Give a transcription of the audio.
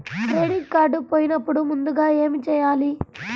Credit card పోయినపుడు ముందుగా ఏమి చేయాలి?